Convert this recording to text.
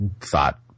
thought